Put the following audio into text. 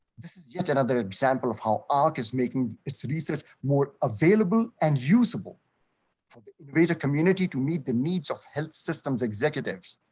this is just another example of how arc is making its research more available and usable for greater community to meet the needs of health systems executives.